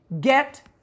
get